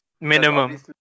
Minimum